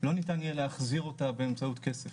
לא ניתן יהיה להחזיר אותה באמצעות כסף